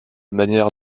manière